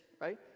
right